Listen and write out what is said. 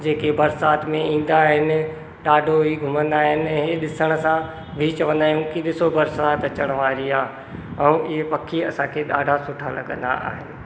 जेके बरसाति में ईंदा आहिनि ॾाढो ई घुमंदा आहिनि इहे ॾिसण सां बि चवंदा आहियूं की ॾिसो बरसाति अचणु वारी आहे ऐं इहा पखी असांखे ॾाढा सुठा लॻंदा आहिनि